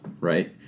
right